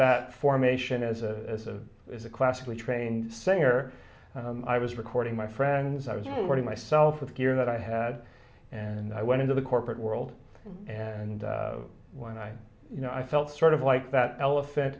that formation as a as a classically trained singer i was recording my friends i was working myself with gear that i had and i went into the corporate world and when i you know i felt sort of like that elephant